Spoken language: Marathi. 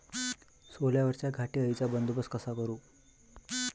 सोल्यावरच्या घाटे अळीचा बंदोबस्त कसा करू?